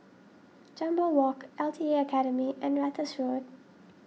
Jambol Walk L T A Academy and Ratus Road